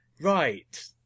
right